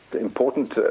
important